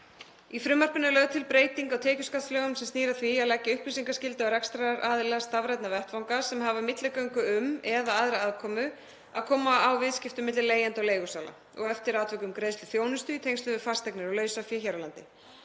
Í frumvarpinu er lögð til breyting á tekjuskattslögum sem snýr að því að leggja upplýsingaskyldu á rekstraraðila stafrænna vettvanga sem hafa milligöngu um, eða aðra aðkomu, að koma á viðskiptum milli leigjenda og leigusala, og eftir atvikum greiðsluþjónustu, í tengslum við fasteignir og lausafé hér á landi.